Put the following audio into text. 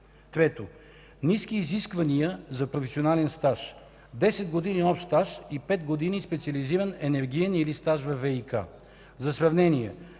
Трето, ниски изисквания за професионален стаж – 10 години общ стаж и 5 години специализиран енергиен или стаж във ВиК. За сравнение